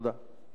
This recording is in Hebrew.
תודה.